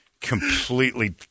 completely